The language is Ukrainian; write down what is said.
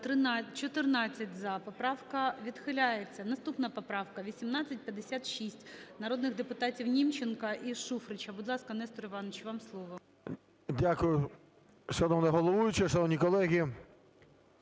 За-14 Поправка відхиляється. Наступна поправка 1856 народних депутатів Німченка і Шуфрича. Будь ласка, Нестор Іванович, вам слово. 11:24:57 ШУФРИЧ Н.І. Дякую. Шановна головуюча, шановні колеги,